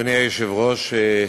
אדוני היושב-ראש,